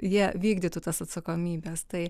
jie vykdytų tas atsakomybes tai